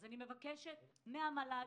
אני מבקשת מהמל"ג